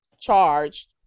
charged